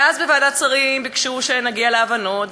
ואז בוועדת שרים ביקשו שנגיע להבנות,